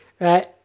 right